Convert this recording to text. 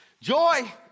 Joy